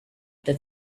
that